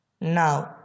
Now